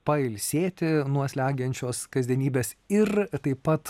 pailsėti nuo slegiančios kasdienybės ir taip pat